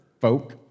folk